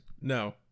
No